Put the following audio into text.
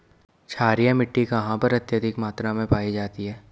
क्षारीय मिट्टी कहां पर अत्यधिक मात्रा में पाई जाती है?